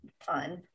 fun